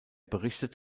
berichtet